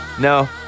No